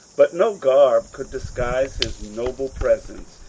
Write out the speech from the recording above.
but no garb could disguise his noble presence,